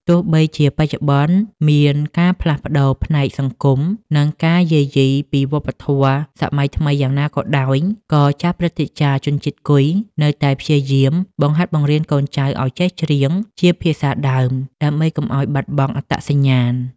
ទោះបីជាបច្ចុប្បន្នមានការផ្លាស់ប្តូរផ្នែកសង្គម និងការយាយីពីវប្បធម៌សម័យថ្មីយ៉ាងណាក៏ដោយ ក៏ចាស់ព្រឹទ្ធាចារ្យជនជាតិគុយនៅតែព្យាយាមបង្ហាត់បង្រៀនកូនចៅឱ្យចេះច្រៀងជាភាសាដើម ដើម្បីកុំឱ្យបាត់បង់អត្តសញ្ញាណ។